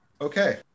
okay